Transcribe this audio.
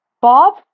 Bob